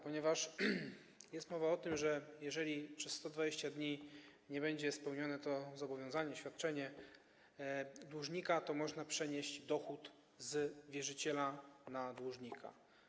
Ponieważ jest mowa o tym, że jeżeli przez 120 dni nie będzie spełnione to zobowiązanie, świadczenie dłużnika, to można przenieść dochód z wierzyciela na dłużnika.